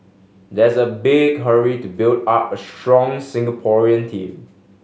there's a big hurry to build up a strong Singaporean team